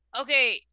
Okay